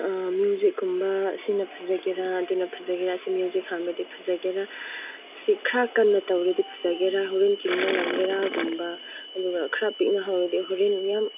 ꯃ꯭ꯌꯨꯖꯤꯛꯀꯨꯝꯕꯁꯤꯅ ꯐꯖꯒꯦꯔꯥ ꯑꯗꯨꯅ ꯐꯖꯒꯦꯔꯥ ꯑꯁꯤ ꯃ꯭ꯌꯨꯖꯤꯛ ꯍꯟꯕꯗꯩ ꯐꯖꯒꯦꯔꯥ ꯁꯤ ꯈꯔ ꯀꯟꯅ ꯇꯧꯔꯗꯤ ꯐꯖꯒꯦꯔꯥ ꯍꯣꯔꯦꯟ ꯆꯤꯡꯕ ꯉꯝꯒꯦꯔꯥꯒꯨꯝꯕ ꯑꯗꯨꯒ ꯈꯔ ꯄꯤꯛꯅ ꯍꯧꯔꯗꯤ ꯍꯣꯔꯦꯟ ꯃꯌꯥꯝ